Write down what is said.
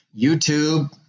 YouTube